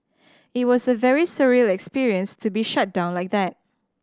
it was a very surreal experience to be shut down like that